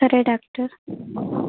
సరే డాక్టర్